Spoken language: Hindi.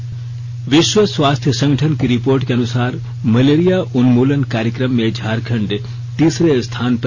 के विश्व स्वास्थ्य संगठन की रिपोर्ट के अनुसार मलेरिया उन्मूलन कार्यक्रम में झारखंड तीसरे स्थान पर